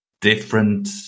different